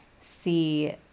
see